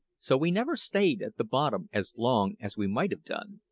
so we never stayed at the bottom as long as we might have done,